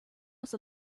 was